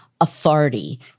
authority